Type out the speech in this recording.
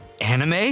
Anime